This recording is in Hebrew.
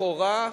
לכאורה,